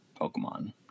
Pokemon